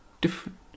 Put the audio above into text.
different